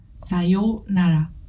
Sayonara